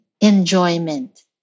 enjoyment